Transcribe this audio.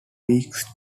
weeks